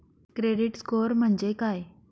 Credit score म्हणजे काय?